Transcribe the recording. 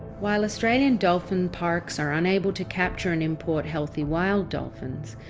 while australian dolphin parks are unable to capture and import healthy wild dolphins,